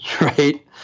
right